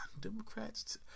Democrats